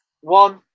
one